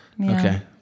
Okay